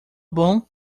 bom